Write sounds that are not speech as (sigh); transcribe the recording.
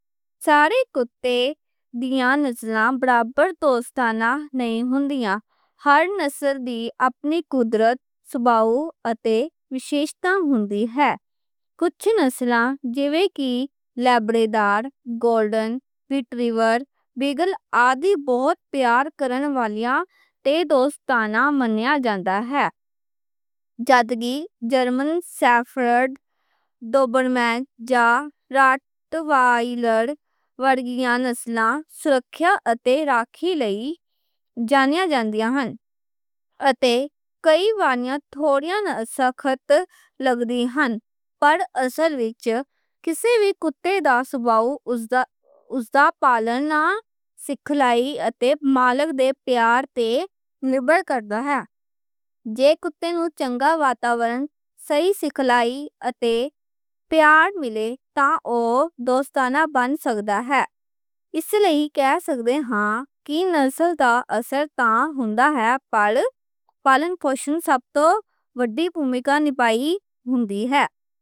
سارے کتے بیاں نسلاں برابر دوستانہ نہیں ہوندیاں۔ ہر نسل دی اپنی قدرت، سُباؤ اتے وِشیشتاں ہوندی ہے۔ کجھ نسلاں جیویں کی لیبراڈور، گولڈن ریٹریور، بیگل آدی بہت پیار کرن والیاں تے دوستانہ منیاں جاندیاں ہن۔ جرمن شیفرڈ، ڈوبر مین جاں راٹ (hesitation) وائلر ورگیاں نسلاں سُرکھیا اتے راکھی لئی جانیاں جاندیاں ہن۔ اتے کئی واریاں تھوڑیاں سخت لگدیاں ہن پر اصل وِچ کسے وی کتے دا سُباؤ اُس دا پالن، سکھلائی اتے مالک دے پیار تے نِربھر کردا ہے۔ جے کتے نوں چنگا واتاورن، صحیح سکھلائی اتے پیار ملے تاں اوہ دوستانہ بن سکدا ہے۔ اس لئی کہہ سکدے ہاں کہ نسل دا اثر تاں ہوندا ہے پر پالن پوشن سب توں وڈی بھومِکا نبھائی بھی ہے۔